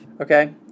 Okay